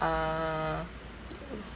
uh